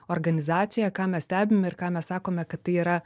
organizacijoje ką mes stebim ir ką mes sakome kad tai yra